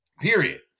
Period